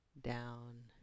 Down